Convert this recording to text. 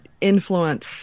influence